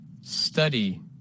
Study